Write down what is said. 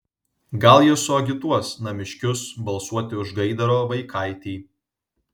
gal jie suagituos namiškius balsuoti už gaidaro vaikaitį